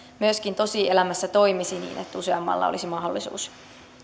myöskin tosielämässä toimisi niin että useammalla olisi mahdollisuus